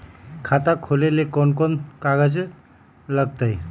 खाता खोले ले कौन कौन कागज लगतै?